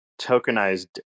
tokenized